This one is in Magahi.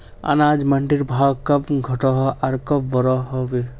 अनाज मंडीर भाव कब घटोहो आर कब बढ़ो होबे?